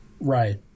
Right